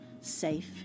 safe